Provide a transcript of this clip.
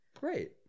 Right